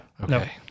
Okay